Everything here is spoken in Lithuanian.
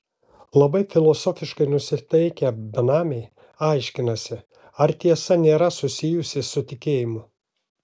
labai filosofiškai nusiteikę benamiai aiškinasi ar tiesa nėra susijusi su tikėjimu